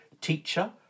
Teacher